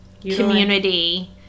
community